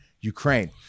Ukraine